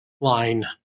line